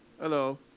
Hello